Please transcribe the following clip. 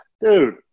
dude